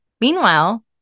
Meanwhile